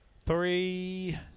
Three